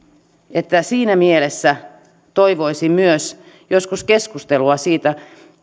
siinä mielessä toivoisin myös joskus keskustelua siitä